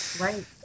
Right